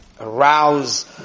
arouse